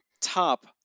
top